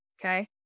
Okay